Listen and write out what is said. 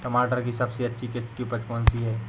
टमाटर की सबसे अच्छी किश्त की उपज कौन सी है?